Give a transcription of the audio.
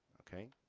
okay.